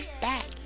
back